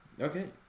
Okay